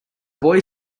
boy